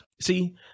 See